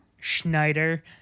schneider